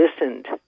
listened